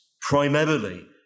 primarily